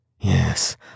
Yes